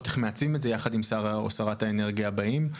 איך מעצבים את זה יחד עם שר או שרת האנרגיה הבאים.